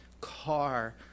car